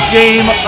game